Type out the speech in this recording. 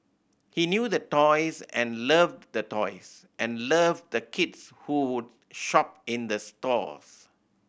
he knew the toys and loved the toys and loved the kids who would shop in the stores